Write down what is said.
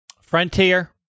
Frontier